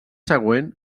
següent